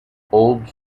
olds